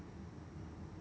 okay